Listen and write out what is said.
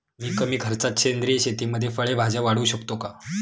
मी कमी खर्चात सेंद्रिय शेतीमध्ये फळे भाज्या वाढवू शकतो का?